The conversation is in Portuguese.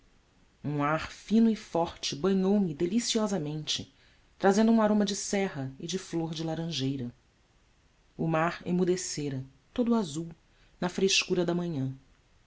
um ar fino e forte banhou me deliciosamente trazendo um aroma de serra e de flor de laranjeira o mar emudecera todo azul na frescura da manhã